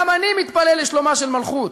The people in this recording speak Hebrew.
גם אני מתפלל לשלומה של מלכות,